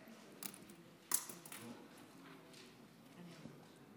(חותם על ההצהרה)